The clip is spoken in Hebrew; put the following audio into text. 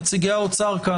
נציגי האוצר פה,